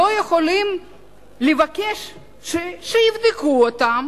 לא יכולים לבקש שיבדקו אותם